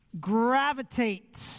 gravitate